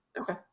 Okay